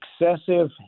excessive